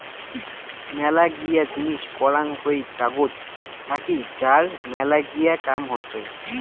মেলাগিলা জিনিস করাং হই কাগজ থাকি যার মেলাগিলা কাম হসে